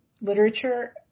literature